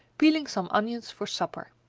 peeling some onions for supper.